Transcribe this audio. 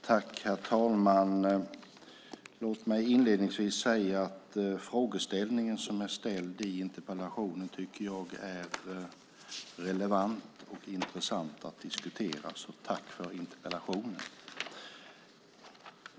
Herr talman! Låt mig inledningsvis säga att jag tycker frågeställningen i interpellationen är relevant och intressant att diskutera. Tack för interpellationen!